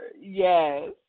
Yes